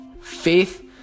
faith